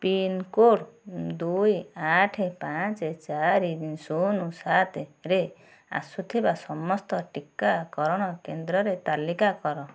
pincode ଦୁଇ ଆଠ ପାଞ୍ଚ ଚାରି ଶୂନ ସାତ ରେ ଆସୁଥିବା ସମସ୍ତ ଟିକାକରଣ କେନ୍ଦ୍ରର ତାଲିକା କର